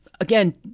again